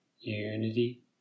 unity